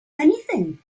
anything